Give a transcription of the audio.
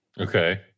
Okay